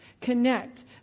connect